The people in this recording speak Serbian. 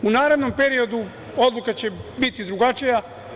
U narednom periodu odluka će biti drugačija.